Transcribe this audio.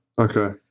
Okay